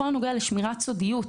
בכל הנוגע לשמירת סודיות,